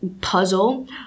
puzzle